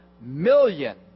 million